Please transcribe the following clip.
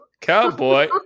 cowboy